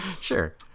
sure